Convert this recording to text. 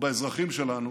ובאזרחים שלנו,